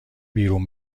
بیرون